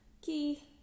key